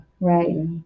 Right